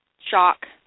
shock